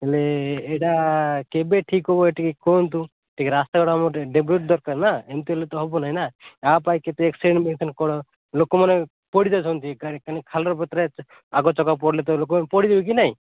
ହେଲେ ଏଇଟା କେବେ ଠିକ ହବ ଟିକେ କୁହନ୍ତୁ ଟିକେ ରାସ୍ତା ଘାଟ ଆମକୁ ଟିକେ ଦରକାର ନା ଏମିତି ହେଲେ ତ ହବ ନାଇଁ ନା ଆ ପାଇଁ କେତେ ଆକ୍ସିଡେଣ୍ଟ ହେଉଛି ଲୋକମାନେ ପଡ଼ି ଯାଉଛନ୍ତି ଖାଲ ପତରେ ଆଗ ଚକା ପଡ଼ିଲେ ତ ଲୋକ ପଡ଼ିବେ କି ନାହିଁ